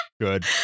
Good